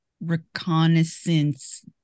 reconnaissance